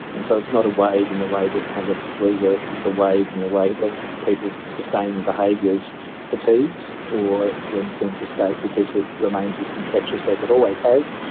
and so it's not a wave in the way that pandemic flu works, it's a wave in the way that people's sustaining behaviours fatigues, or when things escape because it remains as infectious as it always has,